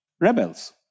rebels